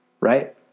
Right